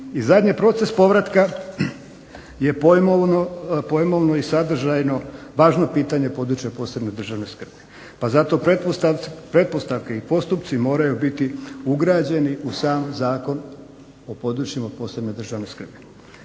I zadnje proces povratka je pojmovno i sadržajno važno pitanje područja posebne državne skrbi zato pretpostavke i postupci moraju biti ugrađeni u sam Zakon o područjima posebne državne skrbi.